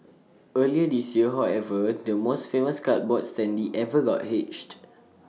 earlier this year however the most famous cardboard standee ever got hitched